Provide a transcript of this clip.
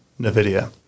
NVIDIA